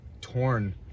torn